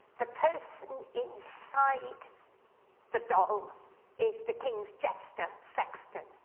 the person inside the doll is the king's jester, sexton.